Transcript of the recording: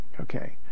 Okay